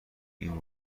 این